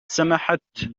سمحت